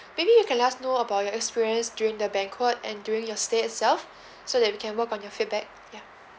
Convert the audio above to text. maybe you can let us know about your experience during the banquet and during your stay itself so that we can work on your feedback ya